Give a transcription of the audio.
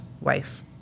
wife